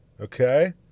Okay